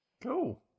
Cool